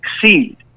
succeed